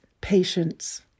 patience